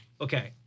Okay